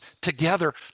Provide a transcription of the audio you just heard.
together